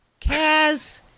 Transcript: Kaz